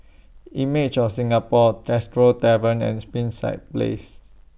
Images of Singapore Tresor Tavern and Springside Place